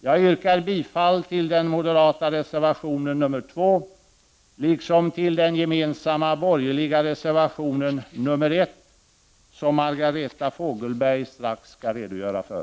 Jag yrkar bifall till den moderata reservationen nr 2 liksom till den gemensamma borgerliga reservationen nr 1, som Margareta Fogelberg strax skall redogöra för.